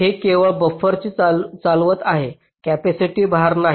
हे केवळ बफर्स चालवत आहे कॅपेसिटिव्ह भार नाही